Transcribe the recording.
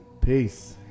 peace